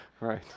Right